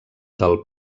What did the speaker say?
del